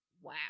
wow